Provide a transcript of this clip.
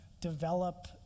develop